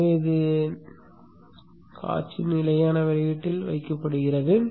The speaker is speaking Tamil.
எனவே இது காட்சி நிலையான வெளியீட்டில் வைக்கப்படுகிறது